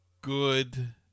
good